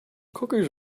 cookies